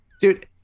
dude